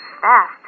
fast